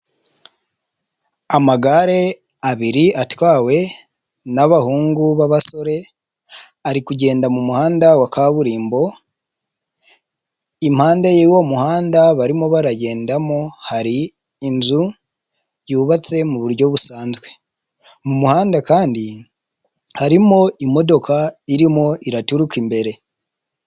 Amagare abiri atwawe n'abahungu b'abasore, ari kugenda mu muhanda wa kaburimbo. Impande y'uwo muhanda barimo baragendamo hari inzu yubatse mu buryo busanzwe, mu muhanda kandi harimo imodoka irimo iraturuka imbere.